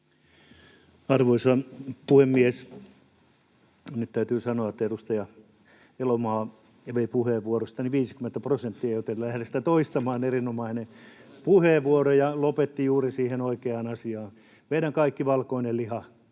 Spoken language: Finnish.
Arvoisa puhemies! Nyt täytyy sanoa, että edustaja Elomaa vei puheenvuorostani 50 prosenttia — joten en lähde sitä toistamaan, erinomainen puheenvuoro — ja lopetti juuri siihen oikeaan asiaan: meidän kaikki valkoinen liha